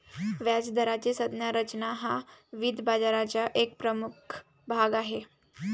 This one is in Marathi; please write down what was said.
व्याजदराची संज्ञा रचना हा वित्त बाजाराचा एक प्रमुख भाग आहे